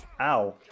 Ow